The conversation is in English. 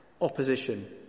opposition